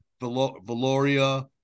Valoria